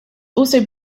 also